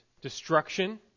destruction